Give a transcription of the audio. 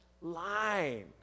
line